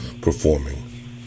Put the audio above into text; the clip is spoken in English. performing